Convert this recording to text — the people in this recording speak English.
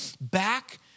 back